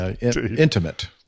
Intimate